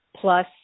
plus